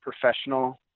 professional